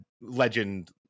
legend